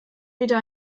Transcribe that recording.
wieder